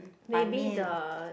maybe the